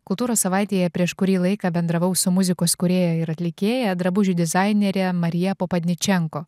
kultūros savaitėje prieš kurį laiką bendravau su muzikos kūrėja ir atlikėja drabužių dizainere marija popadničenko